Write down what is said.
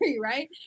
right